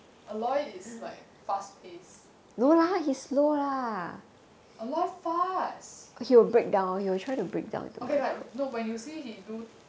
aloy is like fast pace aloy fast okay like when you see he do